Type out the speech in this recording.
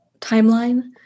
timeline